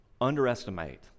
underestimate